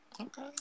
Okay